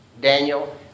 Daniel